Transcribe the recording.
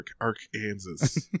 Arkansas